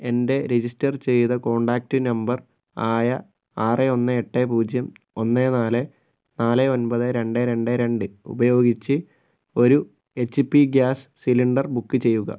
എൻ്റെ രജിസ്റ്റർ ചെയ്ത കോൺടാക്റ്റ് നമ്പർ ആയ ആറ് ഒന്ന് എട്ട് പൂജ്യം ഒന്ന് നാല് നാല് ഒമ്പത് രണ്ട് രണ്ട് രണ്ട് ഉപയോഗിച്ച് ഒരു എച്ച്പി ഗ്യാസ് സിലിണ്ടർ ബുക്ക് ചെയ്യുക